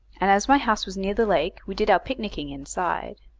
and as my house was near the lake, we did our picnicking inside.